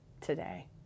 today